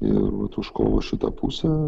ir vat už kovo šitą pusę